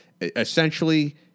essentially